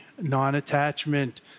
non-attachment